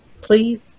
please